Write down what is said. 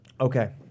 Okay